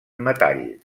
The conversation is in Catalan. metall